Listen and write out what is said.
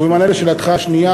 ובמענה על שאלתך השנייה,